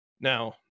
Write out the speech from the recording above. Now